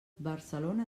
barcelona